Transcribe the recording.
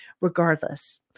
regardless